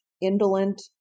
indolent